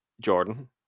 Jordan